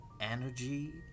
energy